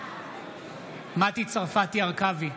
מטי צרפתי הרכבי,